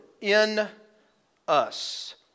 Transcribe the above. In-us